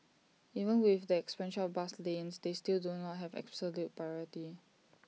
even with the expansion of bus lanes they still do not have absolute priority